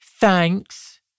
Thanks